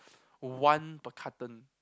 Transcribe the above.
one per carton